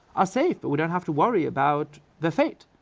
are safe, but we don't have to worry about their fate.